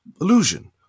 illusion